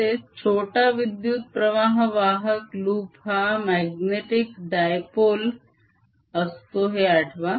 तसेच छोटा विद्युत्प्रवाह वाहक loop हा magnetic dipole असतो हे आठवा